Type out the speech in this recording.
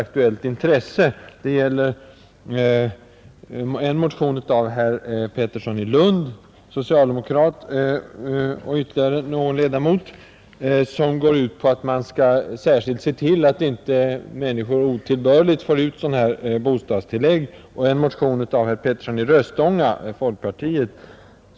Den ena motionen, nr 779, har väckts av socialdemokraterna herr Pettersson i Lund och herr Hjort. Den går ut på att man skall se till att människor inte otillbörligt får ut bostadstillägg. Den andra motionen, nr 777, har väckts av herr Petersson i Röstånga, folkpartiet.